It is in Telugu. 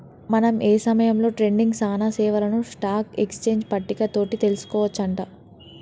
మనం ఏ సమయంలో ట్రేడింగ్ సానా సేవలను స్టాక్ ఎక్స్చేంజ్ పట్టిక తోటి తెలుసుకోవచ్చు అంట